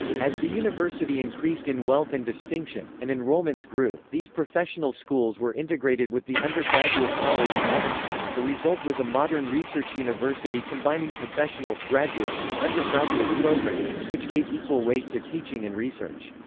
as the university increased in wealth and distinction, and enrollments grew, these professional schools were integrated with the undergraduate college in evanston the result was a modern research university combining professional, graduate, and undergraduate programs, which gave equal weight to teaching and research.